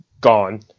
gone